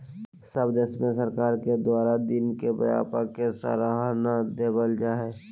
सब देश में सरकार के द्वारा दिन के व्यापार के सराहना देवल जा हइ